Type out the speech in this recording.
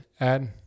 add